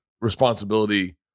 responsibility